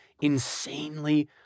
insanely